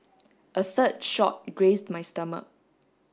a third shot grazed my stomach